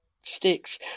Sticks